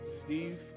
Steve